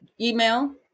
email